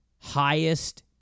highest